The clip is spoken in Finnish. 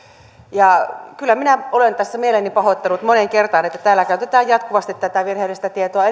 kyllä minä olen tässä mieleni pahoittanut moneen kertaan että täällä salissa edelleen käytetään jatkuvasti tätä virheellistä tietoa